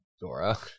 Dora